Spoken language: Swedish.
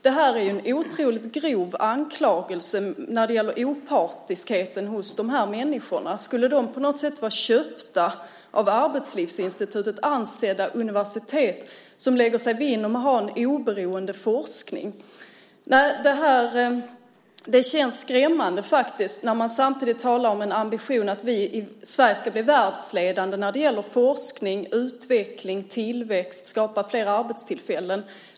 Det är en otroligt grov anklagelse när det gäller opartiskheten hos de här människorna. Skulle ansedda universitet som lägger sig vinn om att ha en oberoende forskning på något sätt vara köpta av Arbetslivsinstitutet? Nej, det känns faktiskt skrämmande när man samtidigt talar om en ambition att vi i Sverige ska bli världsledande när det gäller forskning, utveckling, tillväxt och på att skapa flera arbetstillfällen.